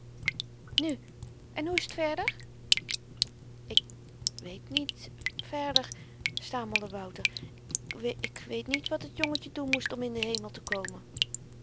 nu en hoe is t verder ik weet niet verder stamelde wouter ik weet niet wat het jongetje doen moest om in den hemel te komen